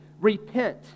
Repent